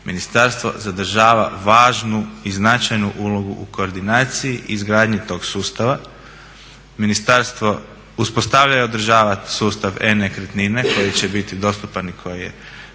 Ministarstvo zadržava važnu i značajnu ulogu u koordinaciji i izgradnji tog sustava, ministarstvo uspostavlja i održava sustav E-nekretnine i koji će biti dostupan i koji je